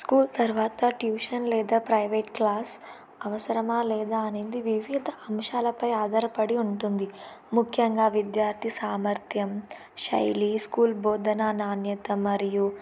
school తరువాత tuition లేదా private class అవసరమా లేదా అనేది వివిధ అంశాలపై ఆధారపడి ఉంటుంది ముఖ్యంగా విద్యార్థి సామర్థ్యం శైలి స్కూల్ బోధన నాణ్యత మరియు